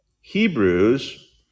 Hebrews